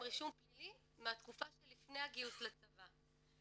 רישום פלילי מהתקופה שלפני הגיוס לצבא.